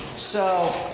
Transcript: so,